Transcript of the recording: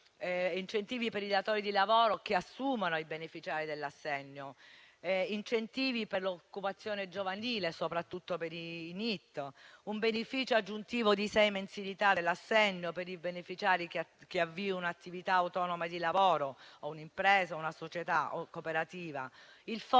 incentivi per i datori di lavoro che assumono i beneficiari dell'assegno e altresì incentivi per l'occupazione giovanile. Prevediamo un beneficio aggiuntivo di sei mensilità dell'assegno per i beneficiari che avviino un'attività autonoma di lavoro, un'impresa o una società cooperativa;